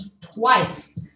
twice